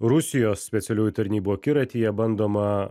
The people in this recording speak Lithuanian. rusijos specialiųjų tarnybų akiratyje bandoma